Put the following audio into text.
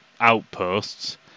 outposts